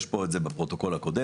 יש את זה בפרוטוקול הקודם.